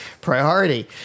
priority